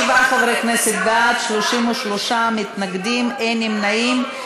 27 חברי כנסת בעד, 33 מתנגדים, אין נמנעים.